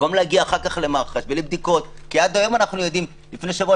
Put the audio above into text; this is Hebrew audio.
במקום להגיע אחר כך למח"ש ולבדיקות לפני שבוע